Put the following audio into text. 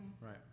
right